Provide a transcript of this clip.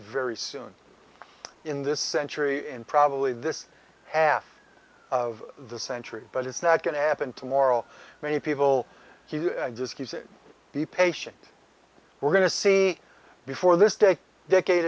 very soon in this century and probably this half of the century but it's not going to happen tomorrow many people he does the patient we're going to see before this day decade